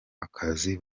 akazi